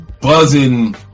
buzzing